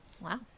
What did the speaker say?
Wow